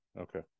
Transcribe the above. okay